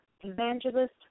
Evangelist